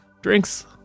drinks